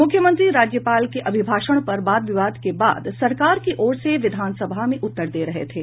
मुख्यमंत्री राज्यपाल के अभिभाषण पर वाद विवाद के बाद सरकार की ओर से विधानसभा में उत्तर दे रहे थे